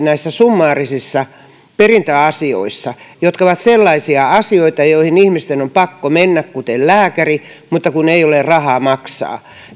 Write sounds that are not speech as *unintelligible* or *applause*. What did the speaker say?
*unintelligible* näissä summaarisissa perintäasioissa jotka ovat sellaisia asioita joihin ihmisten on pakko mennä kuten lääkäriin mutta ei ole rahaa maksaa